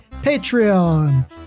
Patreon